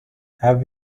have